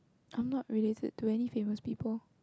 I am not related to any famous people